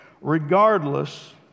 regardless